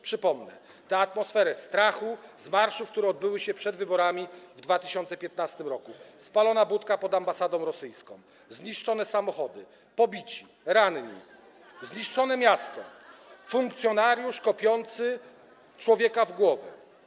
Przypomnę tę atmosferę strachu z marszów, które odbyły się przed wyborami w 2015 r.: spalona budka pod ambasadą rosyjską, zniszczone samochody, pobici, ranni, zniszczone miasto, funkcjonariusz kopiący człowieka w głowę.